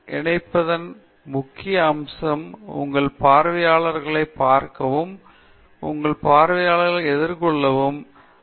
உங்கள் பார்வையாளர்களுடன் இணைப்பதன் முக்கிய அம்சம் உங்கள் பார்வையாளர்களைப் பார்க்கவும் உங்கள் பார்வையாளர்களை எதிர்கொள்ளவும் பார்வையாளர்களிடமிருந்து முகம் எடுக்கவும் இல்லை